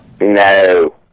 No